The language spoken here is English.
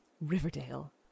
Riverdale